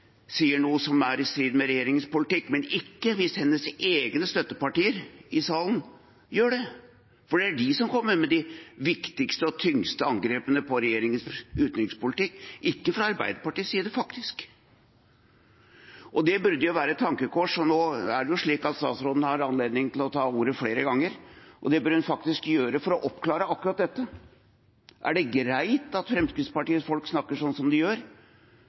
sier noe som er i strid med regjeringens politikk, men ikke hvis hennes egne støttepartier i salen gjør det. Det er de som kommer med de viktigste og tyngste angrepene på regjeringens utenrikspolitikk. De kommer faktisk ikke fra Arbeiderpartiets side. Det burde jo være et tankekors. Utenriksministeren har nå anledning til å ta ordet flere ganger, og det bør hun faktisk gjøre for å oppklare akkurat dette: Er det greit at Fremskrittspartiets folk snakker slik som de gjør,